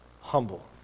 humble